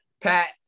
Pat